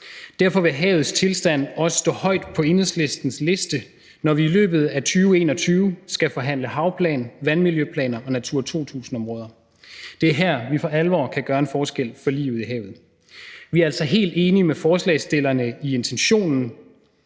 Derfor vil havets tilstand også stå højt på Enhedslistens liste, når vi i løbet af 2021 skal forhandle havplan, vandmiljøplaner og Natura 2000-områder. Det er her, vi for alvor kan gøre en forskel for livet i havet. Vi er altså helt enige med forslagsstillerne i intentionen